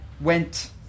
went